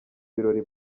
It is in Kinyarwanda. birori